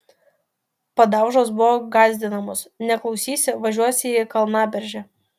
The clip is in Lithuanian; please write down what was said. padaužos buvo gąsdinamos neklausysi važiuosi į kalnaberžę